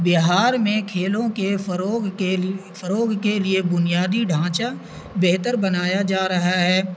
بہار میں کھیلوں کے فروغ کے فروغ کے لیے بنیادی ڈھانچا بہتر بنایا جا رہا ہے